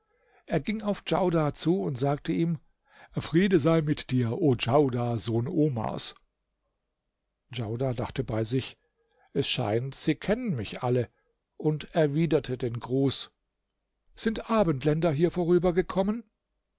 er ging auf djaudar zu und sagte ihm friede sei mit dir o djaudar sohn omars djaudar dachte bei sich es scheint sie kennen mich alle und erwiderte den gruß sind abendländer hier